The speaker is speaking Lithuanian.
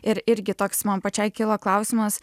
ir irgi toks man pačiai kilo klausimas